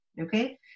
okay